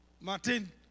Martin